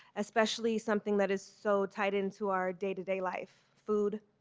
especially something that is so tied into our day-to-day life. food.